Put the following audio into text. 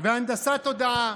והנדסת תודעה.